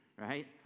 right